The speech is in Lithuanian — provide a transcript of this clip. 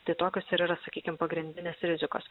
tai tokios ir yra sakykim pagrindinės rizikos